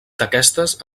d’aquestes